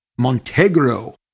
Montegro